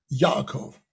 Yaakov